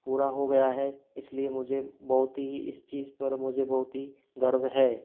पूरा हो गया है इसलिए मुझे बहुत ही इस चीज पर मुझे बहुत ही गर्व है